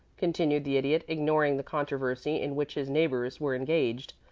continued the idiot, ignoring the controversy in which his neighbors were engaged,